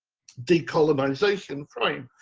decolonization, frame,